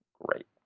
Great